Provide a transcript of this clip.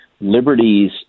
liberties